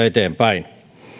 eteenpäin